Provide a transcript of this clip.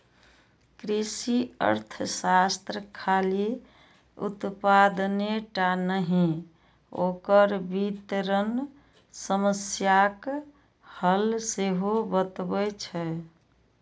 कृषि अर्थशास्त्र खाली उत्पादने टा नहि, ओकर वितरण समस्याक हल सेहो बतबै छै